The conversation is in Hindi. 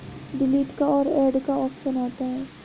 डिलीट का और ऐड का ऑप्शन आता है